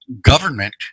government